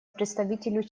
представителю